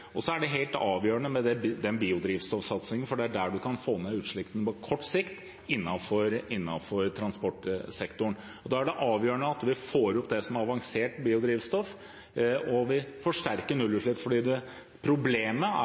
er helt avgjørende med biodrivstoffsatsingen, for det er der man på kort sikt kan få ned utslippene innenfor transportsektoren. Da er det avgjørende at vi får opp avansert biodrivstoff, at vi forsterker nullutslippene. Problemet er den palmeoljediskusjonen som er her, denne fasen må gjøres så kort som mulig. Det